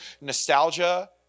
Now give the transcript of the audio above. Nostalgia